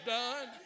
done